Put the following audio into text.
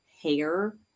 hair